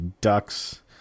Ducks